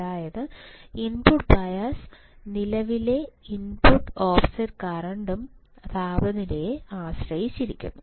അതായത് input bias നിലവിലെ input offset കറന്റും താപനിലയെ ആശ്രയിച്ചിരിക്കുന്നു